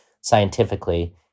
scientifically